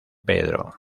pedro